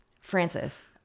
Francis